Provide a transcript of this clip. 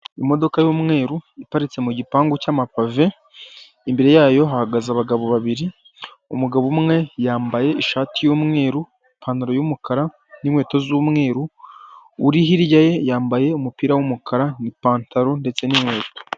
Imodoka y'umweru iparitse mu gipangu cy'amabave, imbere yayo hahagaze abagabo babiri, umugabo umwe yambaye ishati y'umweru, ipantaro y'umukara n'inkweto z'umweru, uri hirya ye yambaye umupira w'umukara, ipantaro ndetse n'inkweto.